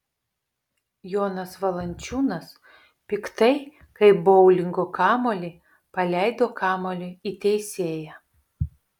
jonas valančiūnas piktai kaip boulingo kamuolį paleido kamuolį į teisėją